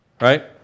right